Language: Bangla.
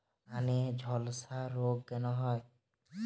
ধানে ঝলসা রোগ কেন হয়?